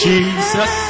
Jesus